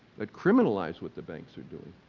that criminalize what the banks are doing.